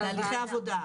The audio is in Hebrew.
על תהליכי העבודה,